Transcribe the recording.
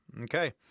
Okay